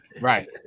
Right